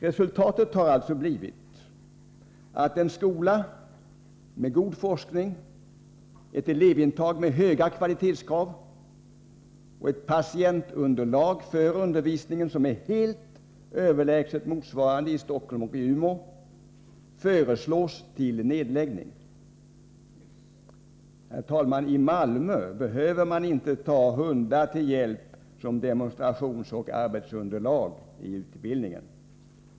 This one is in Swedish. Resultatet har blivit att en skola med god forskning, ett elevintag som tillfredsställer höga kvalitetskrav och ett patientunderlag för undervisningen som är helt överlägset det man har i Stockholm och Umeå föreslås bli nedlagd. — I Malmö behöver man inte, herr talman, ta hundar till hjälp som demonstrationsoch arbetsunderlag i utbildningen.